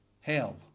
Hell